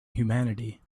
humanity